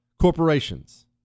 corporations